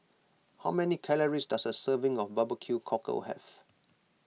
how many calories does a serving of BBQ Cockle have